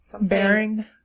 Bearing